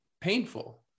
painful